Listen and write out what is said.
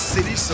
City